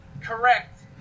correct